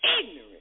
ignorant